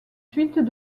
suites